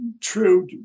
True